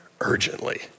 urgently